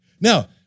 Now